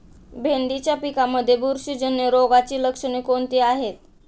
भेंडीच्या पिकांमध्ये बुरशीजन्य रोगाची लक्षणे कोणती आहेत?